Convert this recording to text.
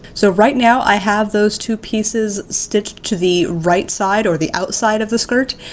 so right now, i have those two pieces stitched to the right side or the outside of the skirt.